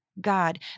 God